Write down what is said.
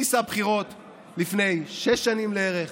ניסה בחירות לפני שש שנים לערך,